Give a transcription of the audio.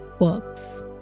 works